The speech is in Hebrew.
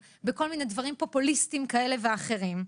בכל מיני דברים פופוליסטיים כאלה ואחרים.